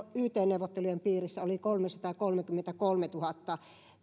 yt neuvottelujen piirissä oli kolmesataakolmekymmentäkolmetuhatta